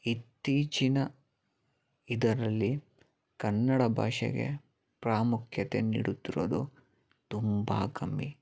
ಇತ್ತೀಚಿನ ಇದರಲ್ಲಿ ಕನ್ನಡ ಭಾಷೆಗೆ ಪ್ರಾಮುಖ್ಯತೆ ನೀಡುತ್ತಿರೋದು ತುಂಬ ಕಮ್ಮಿ